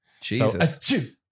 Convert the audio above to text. Jesus